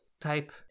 type